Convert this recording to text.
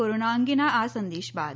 corona અંગેના આ સંદેશ બાદ